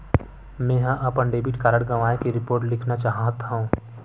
मेंहा अपन debit card गवाए के रिपोर्ट लिखना चाहत हव